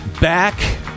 back